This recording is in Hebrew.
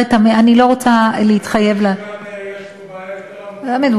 אז כנראה יש פה בעיה יותר עמוקה,